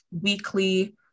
weekly